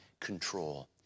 control